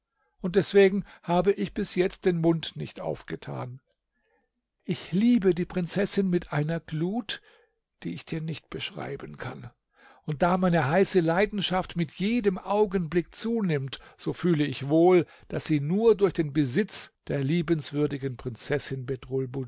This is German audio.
und deswegen habe ich bis jetzt den mund nicht aufgetan ich liebe die prinzessin mit einer glut die ich dir nicht beschreiben kann und da meine heiße leidenschaft mit jedem augenblick zunimmt so fühle ich wohl daß sie nur durch den besitz der liebenswürdigen prinzessin